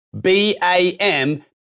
B-A-M